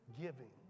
giving